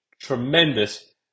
tremendous